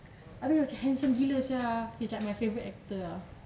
habis macam handsome gila sia he's like my favourite actor ah